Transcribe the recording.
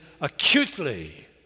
acutely